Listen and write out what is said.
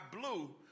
blue